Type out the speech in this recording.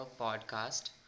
podcast